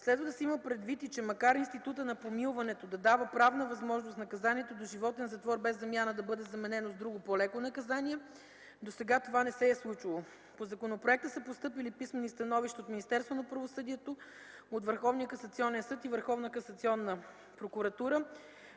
Следва да се има предвид и, че макар института на помилването да дава правна възможност наказанието доживотен затвор без замяна да бъде заменено с друго по-леко наказание, досега това не се е случвало. По законопроекта са постъпили писмени становища от Министерство на